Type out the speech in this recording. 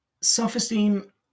self-esteem